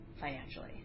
financially